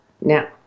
now